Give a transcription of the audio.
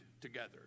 together